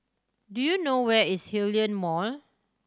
do you know where is Hillion Mall